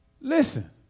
Listen